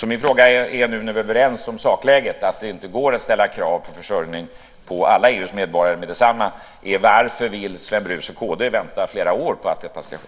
Min fråga är nu, när vi är överens om sakläget att det inte går att ställa krav på försörjning på alla EU:s medborgare meddetsamma: Varför vill Sven Brus och kd vänta flera år på att detta ska ske?